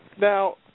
Now